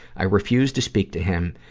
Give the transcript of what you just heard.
i refuse to speak to him,